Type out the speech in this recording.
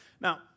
Now